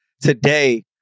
today